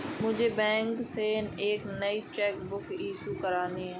मुझे बैंक से एक नई चेक बुक इशू करानी है